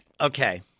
Okay